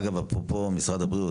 אגב הסברה, משרד הבריאות,